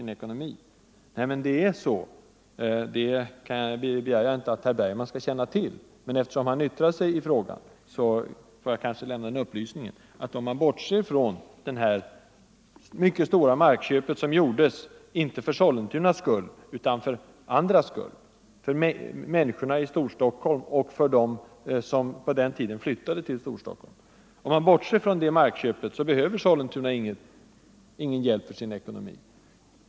Nej, men det är så — det begär jag inte att herr Bergman skall känna till, men eftersom han yttrade sig i frågan får jag kanske lämna den upplysningen — att om man bortser från det stora markköp som gjordes, inte för Sollentunas skull utan för andras skull, för människorna i Storstockholm och för dem som på den tiden flyttade till Storstockholm, så behöver Sollentuna ingen hjälp med sin ekonomi.